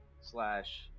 slash